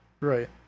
Right